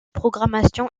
programmation